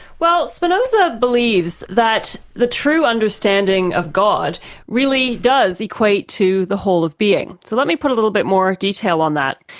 well spinoza believes that the true understanding of god really does equate to the whole of being. so let me put a little bit more detail on that.